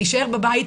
להישאר בבית,